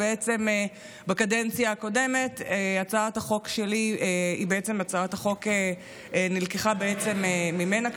ובקדנציה הקודמת הצעת החוק שלי נלקחה ממנה,